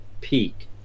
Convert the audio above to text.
peak